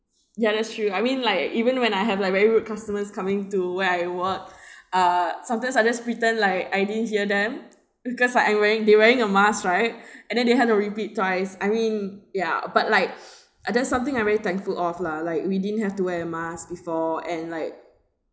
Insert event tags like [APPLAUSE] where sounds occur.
ya that's true I mean like even when I have like very rude customers coming to where I work [BREATH] uh sometimes I just pretend like I didn't hear them because I am wearing they're wearing a mask right [BREATH] and then they had to repeat twice I mean ya but like [BREATH] and that's something I really thankful of lah like we didn't have to wear a mask before and like